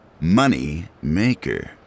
Moneymaker